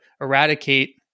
eradicate